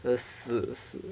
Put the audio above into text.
真死 uh 死